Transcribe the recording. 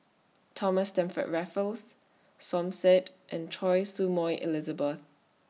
Thomas Stamford Raffles Som Said and Choy Su Moi Elizabeth